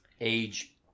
age